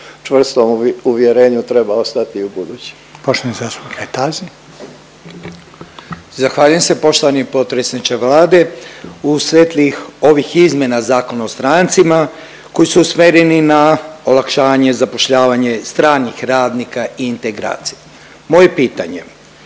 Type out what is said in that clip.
**Kajtazi, Veljko (Nezavisni)** Zahvaljujem se. Poštovani potpredsjedniče Vlade. U svetlih ovih izmjena Zakona o strancima koji su usmereni na olakšavanje zapošljavanje stranih radnika i integracija, moje pitanje koje